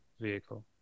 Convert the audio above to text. vehicle